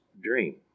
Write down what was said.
dream